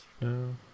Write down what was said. No